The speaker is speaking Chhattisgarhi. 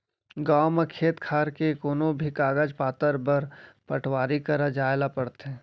गॉंव म खेत खार के कोनों भी कागज पातर बर पटवारी करा जाए ल परथे